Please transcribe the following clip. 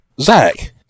Zach